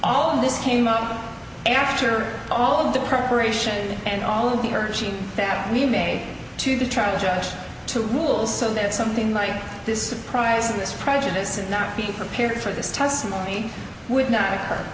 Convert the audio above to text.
all of this came up after all of the preparation and all of the urging that we may to the trial judge to rule so that something like this surprising this prejudice and not being prepared for this testimony would not occur